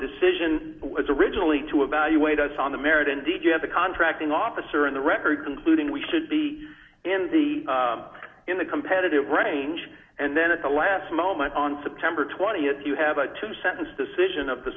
decision was originally to evaluate us on the merit and did you have the contracting officer in the record concluding we should be in the in the competitive range and then at the last moment on september th you have a two sentence decision of the